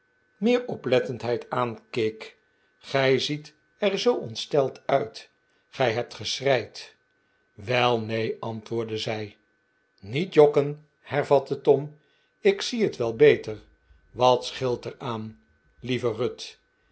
meer oplettendheid aankeek gij ziet er zoo ontsteld uit gij hebt geschreid wel neen antwoordde zij niet jokken hervatte tom ik zie het wel beter wat scheelt er aan lieve ruth